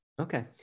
okay